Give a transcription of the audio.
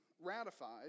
ratified